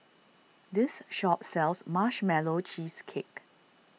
this shop sells Marshmallow Cheesecake